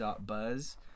Buzz